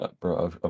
Bro